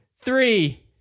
three